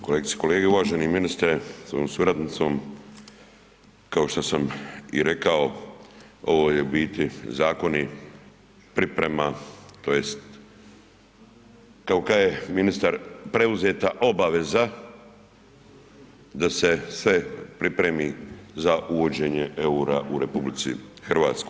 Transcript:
Kolegice i kolege, uvaženi ministre s svojom suradnicom, kao što sam i rekao ovo je u biti, zakoni, priprema tj. kao kaže ministar preuzeta obaveza da se sve pripremi za uvođenje EUR-a u RH.